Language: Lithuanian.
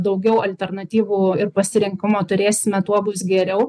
daugiau alternatyvų ir pasirinkumo turėsime tuo bus geriau